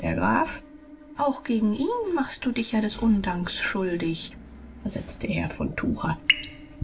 der graf auch gegen ihn machst du dich ja des undanks schuldig versetzte herr von tucher